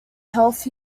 health